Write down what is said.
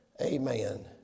Amen